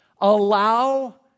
Allow